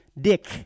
Dick